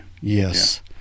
Yes